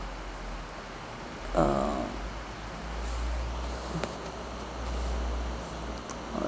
um